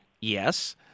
Yes